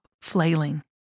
flailing